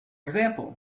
example